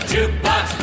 Jukebox